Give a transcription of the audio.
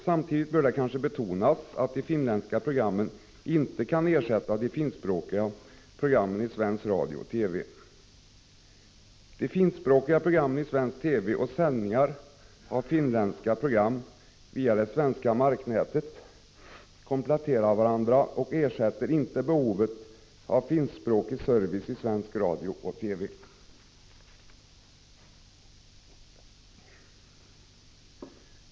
Samtidigt bör det kanske betonas att de finländska programmen inte kan ersätta de finskspråkiga programmen i svensk radio och TV. De finskspråkiga programmen i svensk TV och sändningar av finländska program via det svenska marknätet kompletterar varandra. De senare ersätter inte behovet av finskspråkig service i svensk radio och TV.